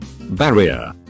barrier